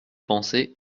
pensait